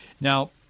Now